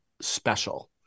special